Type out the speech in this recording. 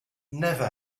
never